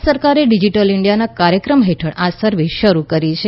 ભારત સરકારે ડિજિટલ ઇન્ડિયાના કાર્યક્રમ હેઠળ આ સર્વિસ શરૂ કરી છે